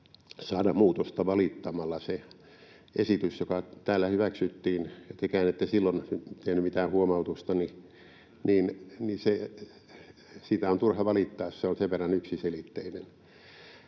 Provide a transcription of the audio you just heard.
saada muutosta valittamalla. Siitä esityksestä, joka täällä hyväksyttiin, ja tekään ette silloin tehneet mitään huomautusta, on turha valittaa, se on sen verran yksiselitteinen.